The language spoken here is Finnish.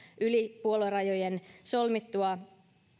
yli puoluerajojen solmittua